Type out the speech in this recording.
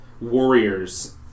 warriors